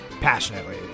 passionately